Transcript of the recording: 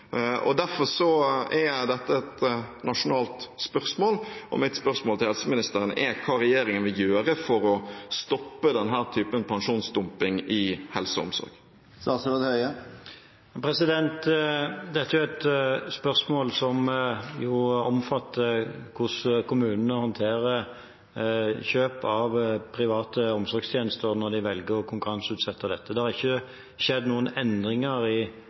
Derfor er dette et nasjonalt spørsmål. Mitt spørsmål til helseministeren er hva regjeringen vil gjøre for å stoppe denne typen pensjonsdumping innenfor helse og omsorg. Dette er et spørsmål som omfatter hvordan kommunene håndterer kjøp av private omsorgstjenester når de velger å konkurranseutsette dette. Det har ikke skjedd noen endringer i